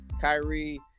Kyrie